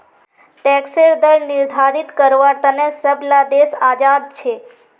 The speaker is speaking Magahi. टैक्सेर दर निर्धारित कारवार तने सब ला देश आज़ाद छे